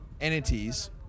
entities